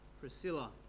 Priscilla